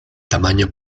tamaño